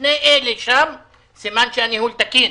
580639169 תואר